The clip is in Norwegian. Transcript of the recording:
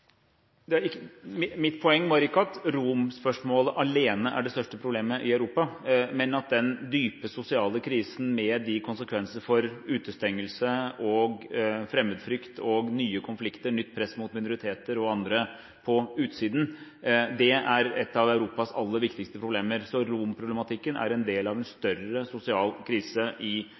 Mitt poeng var ikke at romspørsmålet alene er det største problemet i Europa, men at den dype sosiale krisen med konsekvenser som utestengelse, fremmedfrykt, nye konflikter, nytt press mot minoriteter og andre på utsiden er et av Europas aller viktigste problemer. Så romproblematikken er en del av en større sosial krise i